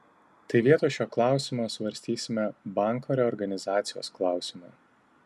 tai vietoj šio klausimo svarstysime banko reorganizacijos klausimą